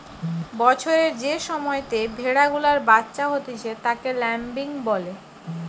বছরের যে সময়তে ভেড়া গুলার বাচ্চা হতিছে তাকে ল্যাম্বিং বলে